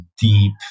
deep